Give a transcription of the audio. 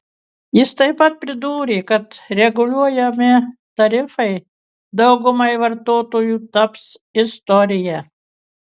jis taip pat pridūrė kad reguliuojami tarifai daugumai vartotojų taps istorija